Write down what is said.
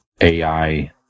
ai